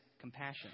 compassion